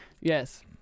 Yes